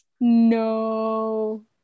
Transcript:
No